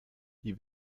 die